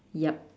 yup